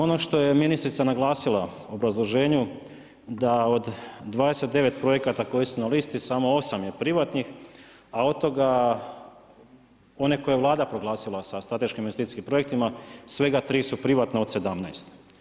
Ono što je ministrica naglasila u obrazloženju da od 29 projekata koji su na listi samo 8 je privatnih, a od toga one koje je Vlada proglasila strateškim investicijskim projektima svega 3 su privatna od 17.